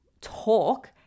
talk